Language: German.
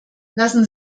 lassen